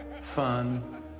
fun